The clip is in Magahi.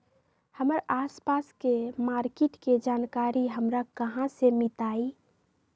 हमर आसपास के मार्किट के जानकारी हमरा कहाँ से मिताई?